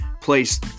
place